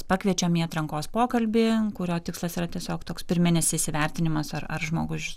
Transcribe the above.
pakviečiam į atrankos pokalbį kurio tikslas yra tiesiog toks pirminis įvertinimas ar žmogus